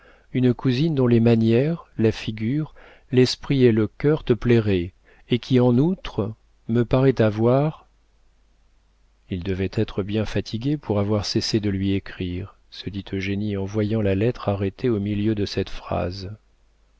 une cousine dont les manières la figure l'esprit et le cœur te plairaient et qui en outre me paraît avoir il devait être bien fatigué pour avoir cessé de lui écrire se dit eugénie en voyant la lettre arrêtée au milieu de cette phrase